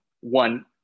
one